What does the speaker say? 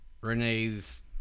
Renee's